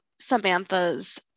Samantha's